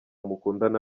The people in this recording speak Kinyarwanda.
mukundana